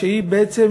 שהיא בעצם